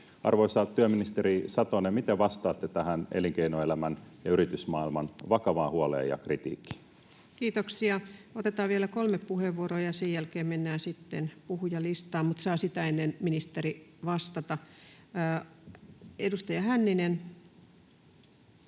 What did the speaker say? Arvoisa työministeri Satonen, miten vastaatte tähän elinkeinoelämän ja yritysmaailman vakavaan huoleen ja kritiikkiin? Kiitoksia. — Otetaan vielä kolme puheenvuoroa ja sen jälkeen mennään sitten puhujalistaan, mutta sitä ennen saa ministeri vastata. — Edustaja Hänninen.